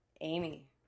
Amy